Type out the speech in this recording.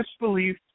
disbelief